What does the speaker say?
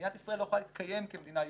מדינת ישראל לא יכולה להתקיים כמדינה יהודית.